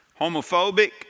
homophobic